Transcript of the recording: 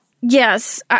yes